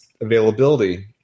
availability